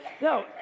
no